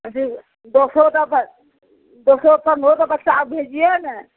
अथी दसो टा दसो पनरहो टा बच्चा भेजिऔ ने